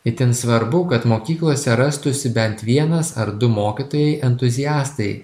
itin svarbu kad mokyklose rastųsi bent vienas ar du mokytojai entuziastai